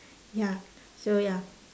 ya so ya